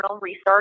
research